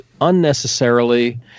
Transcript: unnecessarily